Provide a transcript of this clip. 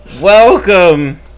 Welcome